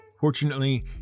Fortunately